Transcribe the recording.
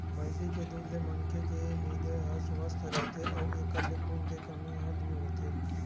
भइसी के दूद ले मनखे के हिरदे ह सुवस्थ रहिथे अउ एखर ले खून के कमी ह दूर होथे